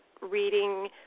reading